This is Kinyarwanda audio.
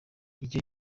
icyo